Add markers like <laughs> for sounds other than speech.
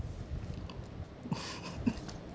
<laughs>